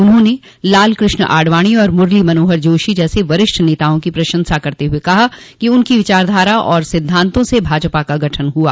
उन्होंने लाल कृष्ण आडवाणी और मुरली मनोहर जोशी जैसे वरिष्ठ नेताओं की प्रशंसा करते हुए कहा कि उनकी विचारधारा और सिद्धांतो से भाजपा का गठन हुआ